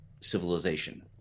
civilization